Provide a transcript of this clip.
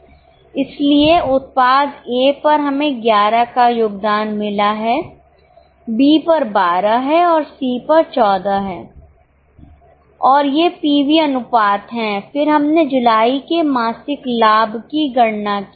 इसलिए उत्पाद A पर हमें 11 का योगदान मिला है B पर 12 है और C पर 14 है और ये पीवी अनुपात हैं फिर हमने जुलाई के मासिक लाभ की गणना की